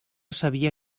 sabia